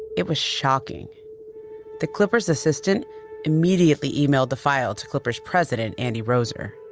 it was shocking the clippers assistant immediately emailed the file to clippers president andy roser